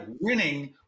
winning